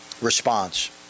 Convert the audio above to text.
response